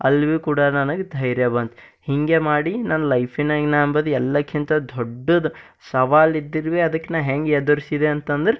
ಅಲ್ಲಿ ಬಿ ಕೂಡ ನನಗೆ ಧೈರ್ಯ ಬಂತು ಹಿಂಗೇ ಮಾಡಿ ನನ್ನ ಲೈಫಿನ್ಯಾಗ ನಾ ಅಂಬದು ಎಲ್ಲಕ್ಕಿಂತ ದೊಡ್ಡದು ಸವಾಲು ಇದ್ದಿದ್ದು ಬಿ ಅದಕ್ಕೆ ನಾ ಹೆಂಗೆ ಎದುರಿಸಿದೆ ಅಂತಂದರೆ